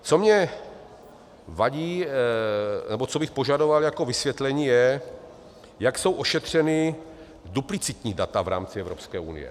Co mně vadí nebo co bych požadoval jako vysvětlení, je, jak jsou ošetřena duplicitní data v rámci Evropské unie.